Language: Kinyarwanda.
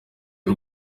y’u